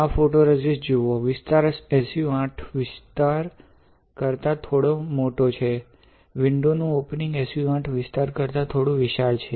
આ ફોટોરેઝિસ્ટ જુઓ વિસ્તાર SU 8 વિસ્તાર કરતા થોડો મોટો છે વિન્ડો નું ઓપનિંગ SU 8 વિસ્તાર કરતા થોડું વિશાળ છે